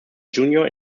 junior